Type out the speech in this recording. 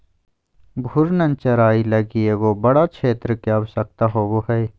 घूर्णन चराई लगी एगो बड़ा क्षेत्र के आवश्यकता होवो हइ